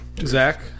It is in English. Zach